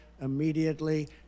immediately